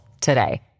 today